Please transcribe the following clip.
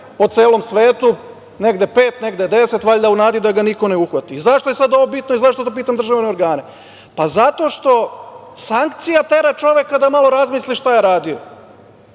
po celom svetu negde pet, negde deset, a valjda u nadi da ga niko ne uhvati.Zašto je ovo bitno i zašto pitam državne organe? Zato što sankcija tera čoveka da malo razmisli šta je radio.